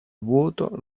vuoto